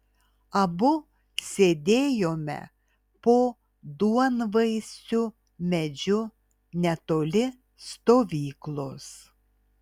abu sėdėjome po duonvaisiu medžiu netoli stovyklos